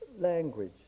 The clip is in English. language